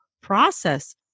process